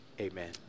Amen